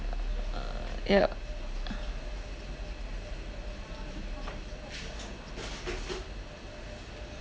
yeah